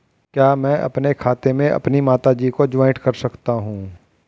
क्या मैं अपने खाते में अपनी माता जी को जॉइंट कर सकता हूँ?